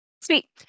Sweet